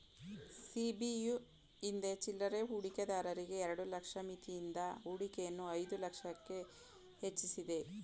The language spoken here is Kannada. ಸಿ.ಬಿ.ಯು ಹಿಂದೆ ಚಿಲ್ಲರೆ ಹೂಡಿಕೆದಾರರಿಗೆ ಎರಡು ಲಕ್ಷ ಮಿತಿಯಿದ್ದ ಹೂಡಿಕೆಯನ್ನು ಐದು ಲಕ್ಷಕ್ಕೆ ಹೆಚ್ವಸಿದೆ